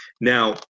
now